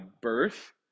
birth